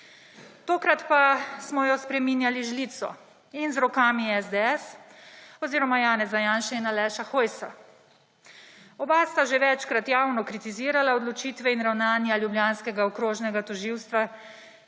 Tokrat pa smo jo spreminjali z žlico in z rokami SDS oziroma Janeza Janše in Aleša Hojsa. Oba sta že večkrat javno kritizirala odločitve in ravnanja ljubljanskega okrožnega tožilstva,